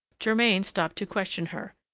germain stopped to question her.